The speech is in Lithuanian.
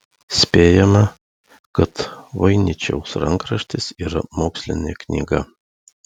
spėjama kad voiničiaus rankraštis yra mokslinė knyga